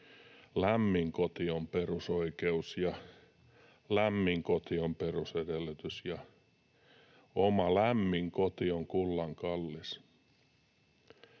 lämmin koti on perusoikeus, lämmin koti on perusedellytys ja oma lämmin koti kullan kallis.